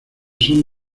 son